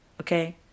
Okay